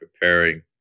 preparing